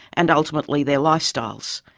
and ultimately their lifestyles.